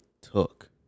took